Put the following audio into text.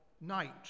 night